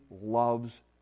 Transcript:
loves